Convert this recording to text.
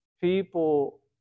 people